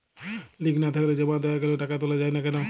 Link না থাকলে জমা দেওয়া গেলেও টাকা তোলা য়ায় না কেন?